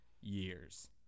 years